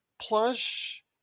plush